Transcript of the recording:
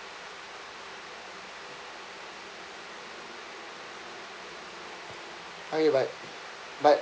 ya but but